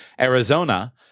Arizona